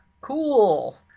Cool